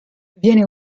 viene